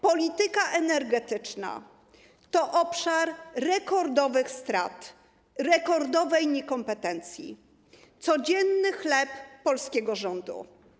Polityka energetyczna to obszar rekordowych strat, rekordowej niekompetencji, codzienny chleb polskiego rządu.